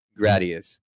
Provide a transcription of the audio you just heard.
Gradius